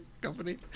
company